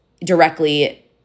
directly